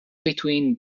between